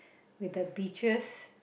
with the beaches